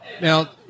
Now